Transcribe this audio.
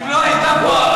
אם לא הייתה פה אהבה,